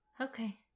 okay